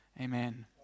Amen